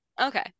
Okay